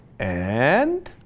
and